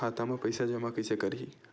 खाता म पईसा जमा कइसे करही?